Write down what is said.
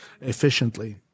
efficiently